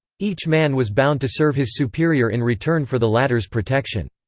each man was bound to serve his superior in return for the latter's protection.